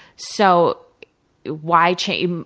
so why change?